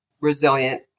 resilient